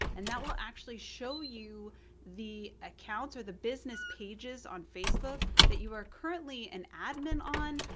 and that will actually show you the accounts, or the business pages on facebook that you are currently an admin on,